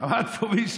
עמד פה מישהו,